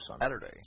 Saturday